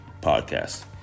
podcast